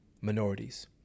minorities